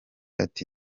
ati